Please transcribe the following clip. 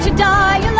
die